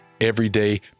everyday